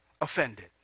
offended